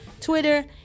Twitter